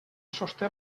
sosté